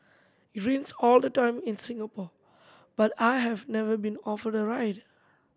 it rains all the time in Singapore but I have never been offered the ride